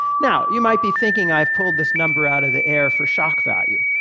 now you might be thinking i've pulled this number out of the air for shock value,